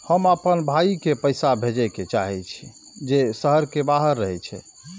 हम आपन भाई के पैसा भेजे के चाहि छी जे शहर के बाहर रहे छै